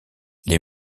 les